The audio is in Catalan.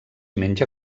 menja